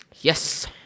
Yes